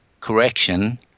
correction